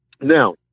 Now